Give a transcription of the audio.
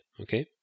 okay